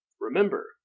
Remember